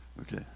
okay